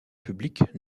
public